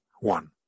one